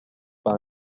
par